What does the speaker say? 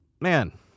man